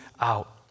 out